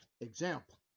Example